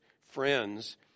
friends